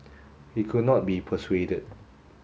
he could not be persuaded